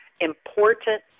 important